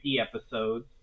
episodes